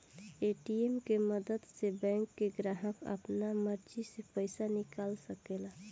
ATM के मदद से बैंक के ग्राहक आपना मर्जी से पइसा निकाल सकेला